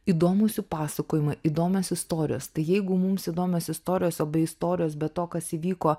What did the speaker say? įdomūs jų pasakojimai įdomios istorijos tai jeigu mums įdomios istorijos o be istorijos be to kas įvyko